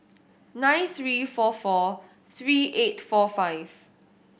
nine three four four three eight four five